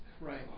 Right